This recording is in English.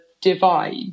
divide